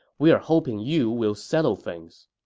we are hoping you will settle things.